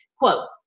Quote